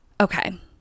Okay